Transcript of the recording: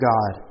God